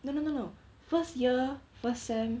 no no no no first year first sem